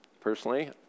Personally